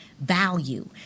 value